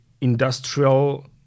industrial